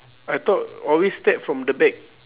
I thought always stab from the back